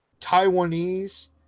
taiwanese